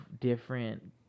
different